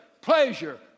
pleasure